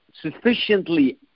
sufficiently